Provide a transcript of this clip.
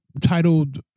titled